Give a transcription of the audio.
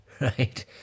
right